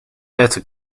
data